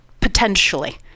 potentially